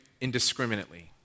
indiscriminately